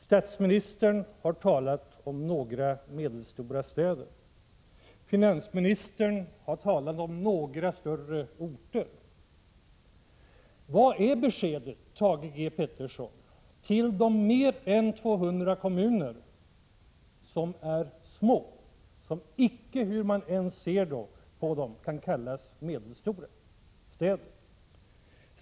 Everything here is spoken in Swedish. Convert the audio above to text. Statsministern har talat om några medelstora städer och finansministern har talat om några större orter. Vad är beskedet, Thage G. Peterson, till de mer än 200 kommuner som är små, som icke, hur man än ser på dem, kan kallas medelstora städer?